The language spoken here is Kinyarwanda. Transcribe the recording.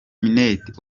minaert